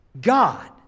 God